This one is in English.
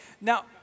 Now